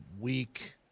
week